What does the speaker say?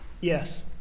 Yes